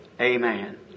amen